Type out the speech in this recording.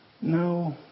No